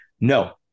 No